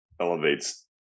elevates